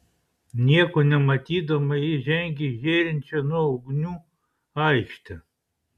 nieko nematydama ji žengė į žėrinčią nuo ugnių aikštę